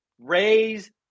raise